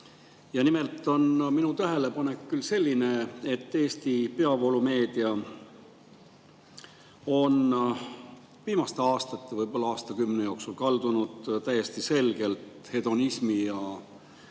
Nimelt on minu tähelepanek selline, et Eesti peavoolumeedia on viimaste aastate, võib-olla aastakümne jooksul kaldunud täiesti selgelt hedonismi ja